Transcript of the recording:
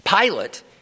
Pilate